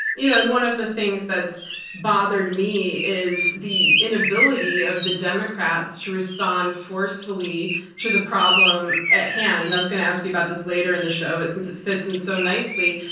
you know and one of the things that's bothered me is the inability of the democrats to respond forcefully to the problem at hand, and i was going to ask you about this later in the show, but since it fits in so nicely,